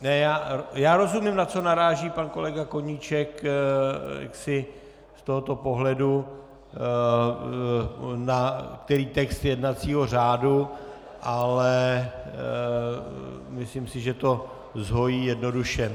Ne, já rozumím, na co naráží pan kolega Koníček z tohoto pohledu, na který text jednacího řádu, ale myslím si, že to zhojí jednoduše.